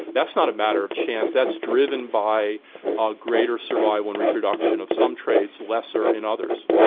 that's not a matter of chance, that's driven by our greater survival and reproduction of some traits, lesser in others.